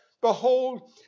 behold